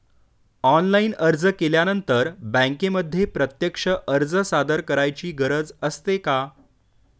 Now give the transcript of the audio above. Online अर्ज केल्यानंतर बँकेमध्ये प्रत्यक्ष अर्ज सादर करायची गरज असते का?